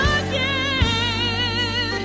again